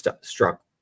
struck